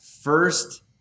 first